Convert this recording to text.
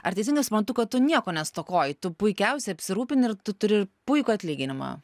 ar teisingai suprantu kad tu nieko nestokoji tu puikiausiai apsirūpini ir tu turi puikų atlyginimą